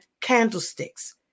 candlesticks